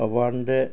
সৰ্বসাধাৰণতে